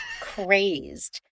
crazed